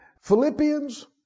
Philippians